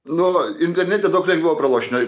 nu internete daug lengviau praloši nei